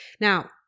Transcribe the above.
Now